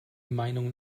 meinungen